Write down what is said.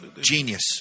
genius